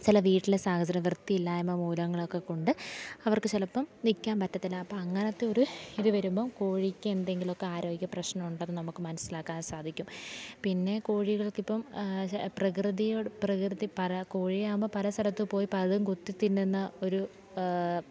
ചില വീട്ടിലെ സാഹചര്യം വൃത്തിയില്ലായ്മ മൂലങ്ങളൊക്കെ കൊണ്ട് അവർക്ക് ചിലപ്പം നിൽക്കാൻ പറ്റത്തില്ല അപ്പം അങ്ങനത്തെ ഒരു ഇതു വരുമ്പം കോഴിക്കെന്തെങ്കിലുമൊക്കെ ആരോഗ്യ പ്രശ്നങ്ങളുണ്ടെന്നു നമുക്ക് മനസ്സിലാക്കാൻ സാധിക്കും പിന്നെ കോഴികൾക്കിപ്പം പ്രകൃതിയോട് പ്രകൃതി പര കോഴിയാകുമ്പം പല സ്ഥലത്തു പോയി പലതും കൊത്തി തിന്നുന്ന ഒരു